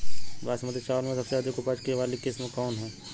बासमती चावल में सबसे अधिक उपज वाली किस्म कौन है?